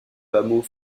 hameau